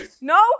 No